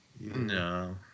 No